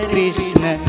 Krishna